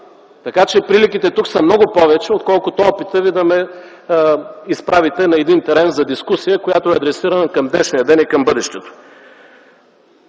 Тук приликите са много повече, отколкото опита Ви да ме изправите на терен за дискусия, която е адресирана към днешния ден и към бъдещето.